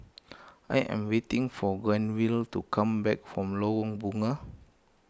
I am waiting for Granville to come back from Lorong Bunga